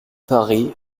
paris